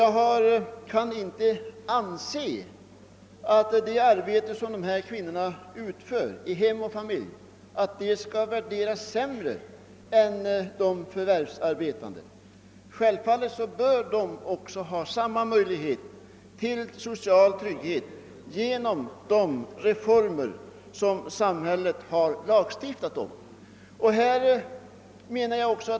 Jag kan inte anse att det arbete som dessa kvinnor utför i hem och familj skall värderas sämre än de förvärvsarbetandes. Självfallet bör de ha samma möjlighet till social trygghet som andra genom de reformer som samhället har lagstiftat om.